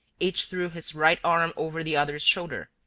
each threw his right arm over the other's shoulder,